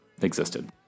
existed